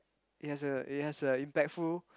it has a it has a impactful